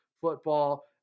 football